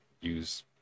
use